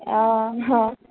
অঁ